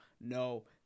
No